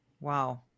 Wow